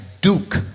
Duke